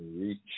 reach